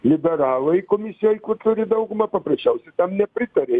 liberalai komisijoj turi daugumą paprasčiausiai tam nepritarė